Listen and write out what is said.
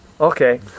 Okay